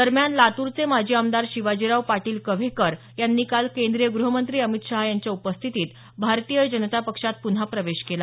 दरम्यान लातूरचे माजी आमदार शिवाजीराव पाटील कव्हेकर यांनी काल केंद्रीय गृहमंत्री अमित शहा यांच्या उपस्थितीत भारतीय जनता पक्षात पुन्हा प्रवेश केला